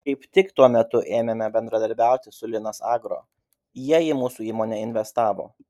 kaip tik tuo metu ėmėme bendradarbiauti su linas agro jie į mūsų įmonę investavo